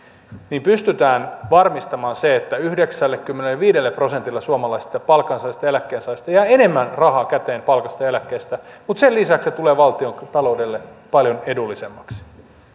pystytään varmistamaan se että yhdeksällekymmenelleviidelle prosentille suomalaisista palkansaajista eläkkeensaajista jää enemmän rahaa käteen palkasta ja eläkkeestä mutta sen lisäksi se tulee valtiontaloudelle paljon edullisemmaksi